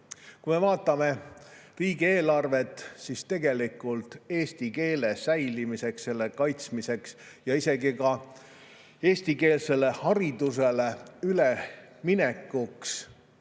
Kui me vaatame riigieelarvet, siis tegelikult eesti keele säilimiseks, selle kaitsmiseks ja isegi ka eestikeelsele haridusele üleminekuks